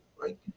right